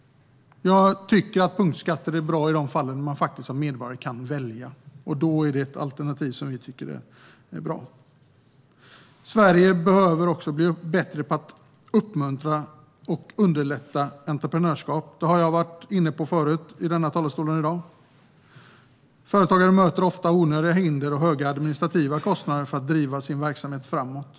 Punktskatter är bra i de fall där man som medborgare kan välja. Att Sverige behöver bli bättre på att uppmuntra och underlätta entreprenörskap har jag varit inne på förut i dag. Företagare möter ofta onödiga hinder och höga administrativa kostnader för att driva sin verksamhet framåt.